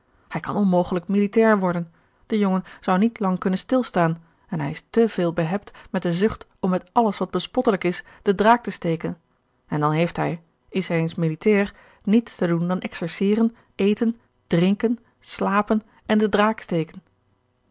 hij kan onmogelijk militair worden de jongen zou niet lang kunnen stilstaan en hij is te veel behebt met de zucht om met alles wat bespottelijk is den draak te steken en dan heeft hij is hij eens militair niets te doen dan exerceren eten drinken slapen en den draak steken